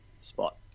spot